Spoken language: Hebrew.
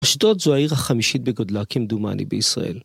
בפשטות זו העיר החמישית בגודלה כמדומני בישראל.